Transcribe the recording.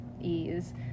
ease